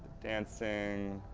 dancing,